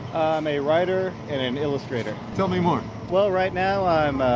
i'm a writer and an illustrator tell me more well, right now i'm